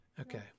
Okay